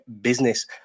business